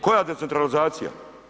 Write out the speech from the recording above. Koja decentralizacija?